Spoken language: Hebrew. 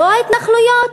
לא ההתנחלויות?